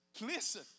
listen